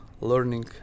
learning